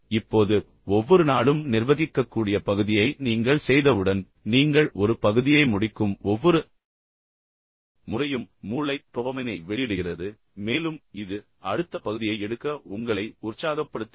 இப்போது ஒவ்வொரு நாளும் நிர்வகிக்கக்கூடிய பகுதியை நீங்கள் செய்தவுடன் நீங்கள் ஒரு பகுதியை முடிக்கும் ஒவ்வொரு முறையும் மூளை டோபமைனை வெளியிடுகிறது மேலும் இது அடுத்த பகுதியை எடுக்க உங்களை உற்சாகப்படுத்துகிறது